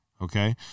okay